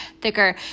thicker